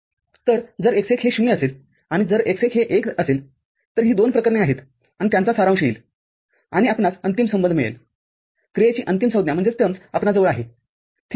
तर जर x १ हे ० असेल आणि जर x १ हे १ असेल तर ही दोन प्रकरणे आहेत आणि त्यांचा सारांश येईल आणि आपणास अंतिम संबंध मिळेल क्रियेची अंतिम संज्ञाआपणाजवळ आहेठीक आहे